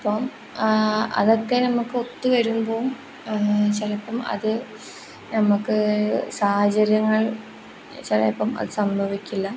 അപ്പം അതൊക്കെ നമുക്ക് ഒത്ത് വരുമ്പോൾ ചിലപ്പം അത് നമുക്ക് സാഹചര്യങ്ങൾ ചിലപ്പം അത് സംഭവിക്കില്ല